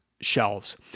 shelves